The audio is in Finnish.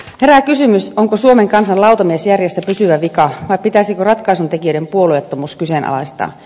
herää kysymys onko suomen kansan lautamiesjärjessä pysyvä vika vai pitäisikö ratkaisuntekijöiden puolueettomuus kyseenalaistaa